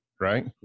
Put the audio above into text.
right